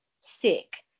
sick